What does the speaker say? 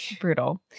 Brutal